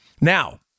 Now